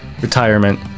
retirement